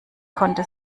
konnte